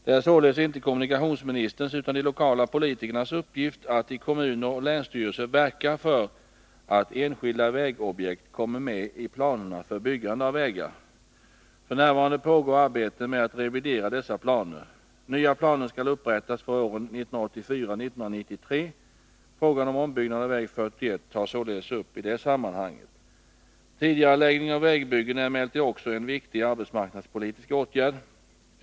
Det är således inte kommunikationsministerns utan de lokala politikernas uppgift att i kommuner och länsstyrelser verka för att enskilda vägobjekt kommer med i planerna för byggande av vägar. F. n. pågår arbete med att revidera dessa planer. Nya planer skall upprättas för åren 1984-1993. Frågan om ombyggnad av väg 41 tas således upp i det sammanhanget. Tidigareläggning av vägbyggen är emellertid också en viktig arbetsmarknadspolitisk åtgärd.